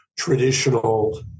traditional